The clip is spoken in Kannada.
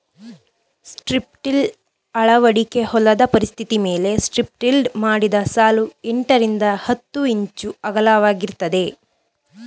ಸ್ಟ್ರಿಪ್ಟಿಲ್ ಅಳವಡಿಕೆ ಹೊಲದ ಪರಿಸ್ಥಿತಿಮೇಲೆ ಸ್ಟ್ರಿಪ್ಟಿಲ್ಡ್ ಮಾಡಿದ ಸಾಲು ಎಂಟರಿಂದ ಹತ್ತು ಇಂಚು ಅಗಲವಾಗಿರ್ತದೆ